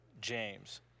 James